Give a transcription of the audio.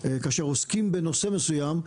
כאשר עוסקים בנושא מסוים,